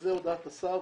זו הודעת השר,